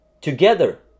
together